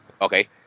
Okay